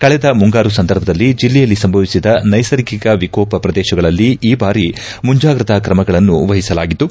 ಕಳೆದ ಮುಂಗಾರು ಸಂದರ್ಭದಲ್ಲಿ ಜಿಲ್ಲೆಯಲ್ಲಿ ಸಂಭವಿಸಿದ ನೈಸರ್ಗಿಕ ವಿಕೋಪ ಪ್ರದೇಶಗಳಲ್ಲಿ ಈ ಬಾರಿ ಮುಂಜಾಗ್ರತಾ ತ್ರಮಗಳನ್ನು ವಹಿಸಲಾಗಿದ್ದು